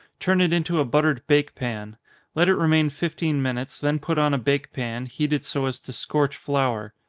turn it into a buttered bake pan let it remain fifteen minutes, then put on a bake pan, heated so as to scorch flour.